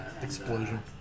Explosion